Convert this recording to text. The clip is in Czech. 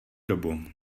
dobu